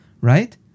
right